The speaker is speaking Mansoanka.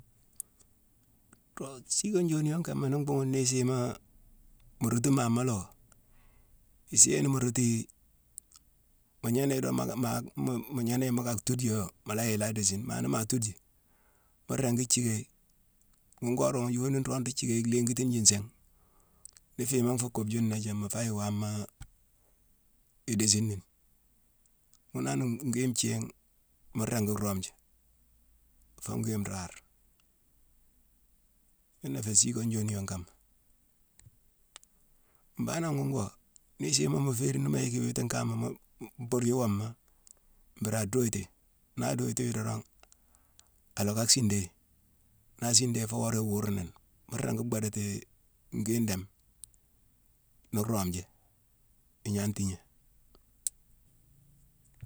Nroog siikone joniyone kama ni bhuughune ni isiimaa, mu rootu maama la oo, issii yéye ni mu rootu yi, gnéné-docka-ma-ma-mu gnéné yi mu ka tuude yoo, mu yick i la déésine. Ma nima tuude yi, mu ringi thické yi: ghune goré ghune, yoni nroog ruu thicka yi lingitineji nsiingh. Ni fiima nfu keubeji nééyang, mu faa yick wamaa idéésini ni. Ghune han ngwii nthiigh mu ringi roomeji, foo gwii nrare. yuna ifé siikone joni yonne kama. Mbaanangh ghune oo, ni isiima mu féérine, ni mu yick iwiitine kama, mu-mu buryi wooma mburu a duitiyi. Naa duitiyi dorong, a loka siindayi. Naa siindayi fo worama i wuuruni ni: mu ringi bhadatii gwii ndéme mu roomeji, ignan tigné.